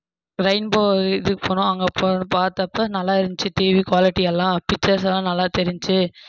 rainbow இதுக்கு போனோம் அங்கே போனேன் பார்த்தப்ப நல்லாயிருந்துச்சி டிவி குவாலிட்டி எல்லாம் பிக்சர்ஸ் எல்லாம் நல்லா தெரிஞ்சுச்சு